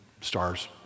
stars